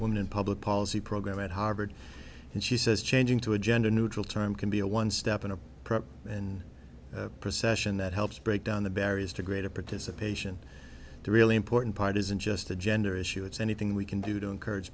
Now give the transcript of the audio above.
women in public policy program at harvard and she says changing to a gender neutral term can be a one step in a prep and procession that helps break down the barriers to greater participation the really important part isn't just a gender issue it's anything we can do to encourage